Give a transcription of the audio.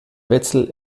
wetzel